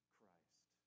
Christ